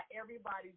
everybody's